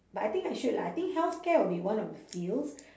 but I think I should lah I think healthcare will be one of the fields